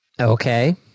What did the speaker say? Okay